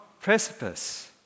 precipice